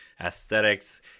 aesthetics